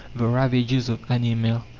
the ravages of anaemia,